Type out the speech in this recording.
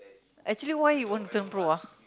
actually why you want to turn pro ah